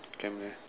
can meh